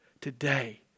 Today